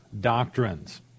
doctrines